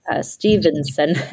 Stevenson